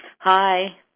Hi